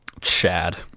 Chad